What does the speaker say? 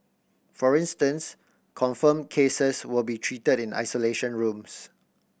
for instance confirmed cases will be treated in isolation rooms